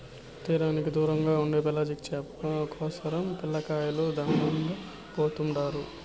తీరానికి దూరంగా ఉండే పెలాజిక్ చేపల కోసరం పిల్లకాయలు దండిగా పోతుండారు